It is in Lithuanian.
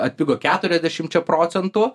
atpigo keturiasdešimčia procentų